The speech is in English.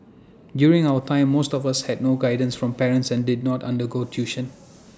during our time most of us had no guidance from parents and did not undergo tuition